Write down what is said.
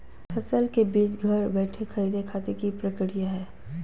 फसल के बीज घर बैठे खरीदे खातिर की प्रक्रिया हय?